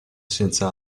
senza